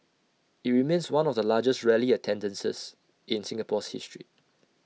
IT remains one of the largest rally attendances in Singapore's history